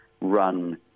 run